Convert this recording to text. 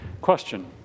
Question